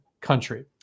country